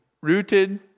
rooted